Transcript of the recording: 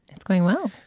it's going well.